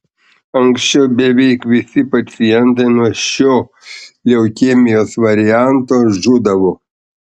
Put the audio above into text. anksčiau beveik visi pacientai nuo šio leukemijos varianto žūdavo